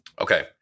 Okay